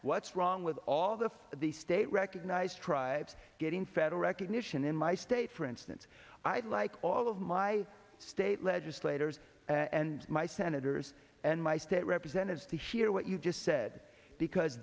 what's wrong with all of this the state recognized tribes getting federal recognition in my state for instance i'd like all of my state legislators and my senators and my state representatives to hear what you just said because